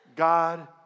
God